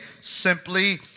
simply